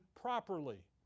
properly